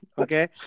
Okay